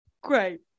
Great